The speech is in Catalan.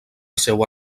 seua